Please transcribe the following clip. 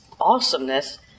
awesomeness